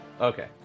Okay